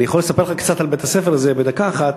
אני יכול לספר לכם קצת על בית-הספר, בדקה אחת.